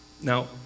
Now